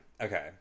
okay